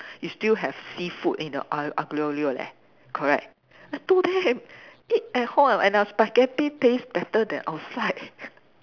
you still have seafood in the a~ Aglio Olio leh correct I told them eat at home and our spaghetti taste better than outside